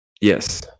Yes